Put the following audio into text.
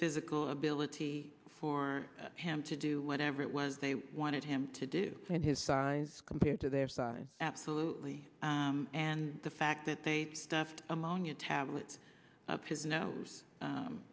physical ability for him to do whatever it was they wanted him to do and his size compared to their size absolutely and the fact that they stuffed ammonia tablets up his no